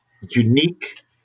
unique